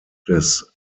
des